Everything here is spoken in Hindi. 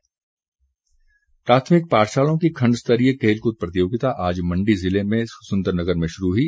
खेलकूद प्राथमिक पाठशालाओं की खंड स्तरीय खेलकूद प्रतियोगिता आज मंडी जिले के सुंदरनगर में शुरू हुई